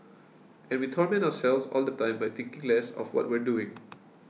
and we torment ourselves all the time by thinking less of what we're doing